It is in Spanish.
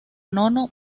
nono